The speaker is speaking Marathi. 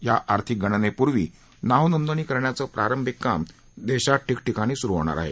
या आर्थिक गणनेपूर्वी नाव नोंदणी करण्याचं प्रारंभिक काम देशात ठिकठिकाणी सुरु होणार आहे